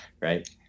Right